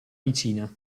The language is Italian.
vicina